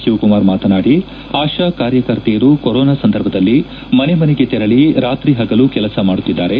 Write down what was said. ಶಿವಕುಮಾರ್ ಮಾತನಾಡಿ ಆಶಾ ಕಾರ್ಯಕರ್ತೆಯರು ಕೊರೊನಾ ಸಂದರ್ಭದಲ್ಲಿ ಮನೆ ಮನೆಗೆ ತೆರಳಿ ರಾತ್ರಿ ಹಗಲು ಕೆಲಸ ಮಾಡುತ್ತಿದ್ದಾರೆ